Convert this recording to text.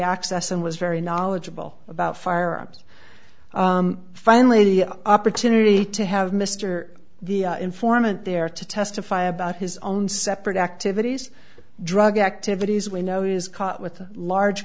access and was very knowledgeable about firearms finally the opportunity to have mr the informant there to testify about his own separate activities drug activities we know is caught with a large